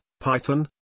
Python